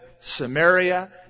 Samaria